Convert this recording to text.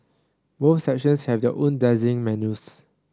both sections have their own dazzling menus